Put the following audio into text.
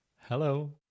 Hello